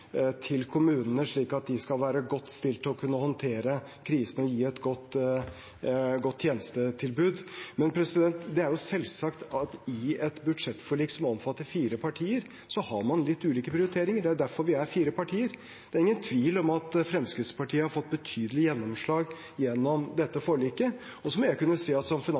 til kommunene slik at de skal være godt stilt til å kunne håndtere krisen og gi et godt tjenestetilbud. Men det er jo selvsagt slik at i et budsjettforlik som omfatter fire partier, har man litt ulike prioriteringer. Det er derfor vi er fire partier. Det er ingen tvil om at Fremskrittspartiet har fått betydelig gjennomslag gjennom dette forliket. Så må jeg kunne si at som